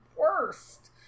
worst